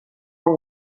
her